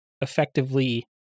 effectively